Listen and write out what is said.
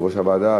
יושב-ראש הוועדה,